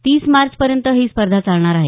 तीस मार्चपर्यंत ही स्पर्धा चालणार आहे